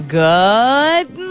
good